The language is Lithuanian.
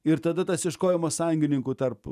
ir tada tas ieškojimas sąjungininkų tarp